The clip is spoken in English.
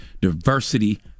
diversity